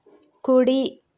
కుడి